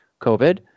COVID